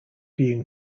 being